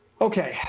okay